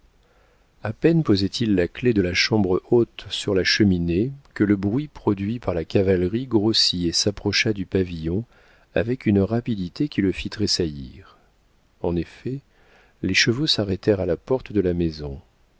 a peine posait il la clef de la chambre haute sur la cheminée que le bruit produit par la cavalerie grossit et s'approcha du pavillon avec une rapidité qui le fit tressaillir en effet les chevaux s'arrêtèrent à la porte de la maison